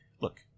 look